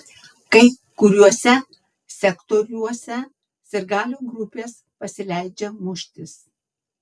kai kuriuose sektoriuose sirgalių grupės pasileidžia muštis